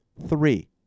Three